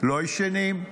לא ישנים.